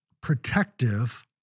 protective